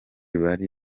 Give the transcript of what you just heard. bari